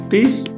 Peace